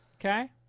Okay